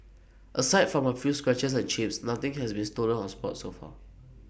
aside from A few scratches and chips nothing has been stolen or spoilt so far